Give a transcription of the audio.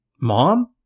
Mom